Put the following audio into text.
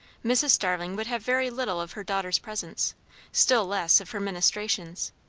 mrs. starling would have very little of her daughter's presence still less of her ministrations.